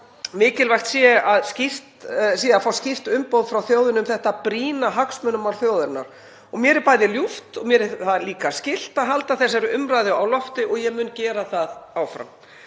mikilvægt sé að fá skýrt umboð frá þjóðinni um þetta brýna hagsmunamál þjóðarinnar og mér er ljúft og mér er líka skylt að halda þessari umræðu á lofti og ég mun gera það áfram.